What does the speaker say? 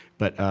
but.